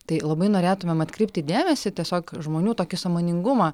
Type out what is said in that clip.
tai labai norėtumėm atkreipti dėmesį tiesiog žmonių tokį sąmoningumą